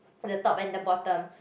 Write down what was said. the top and the bottom